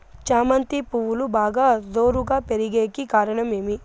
చామంతి పువ్వులు బాగా జోరుగా పెరిగేకి కారణం ఏమి?